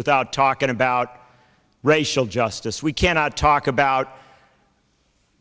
without talking about racial justice we cannot talk about